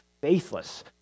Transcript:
faithless